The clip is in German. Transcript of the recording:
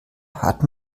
hat